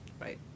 right